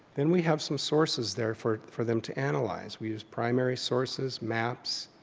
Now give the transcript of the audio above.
then we have some sources there for for them to analyze. we used primary sources, maps,